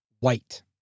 white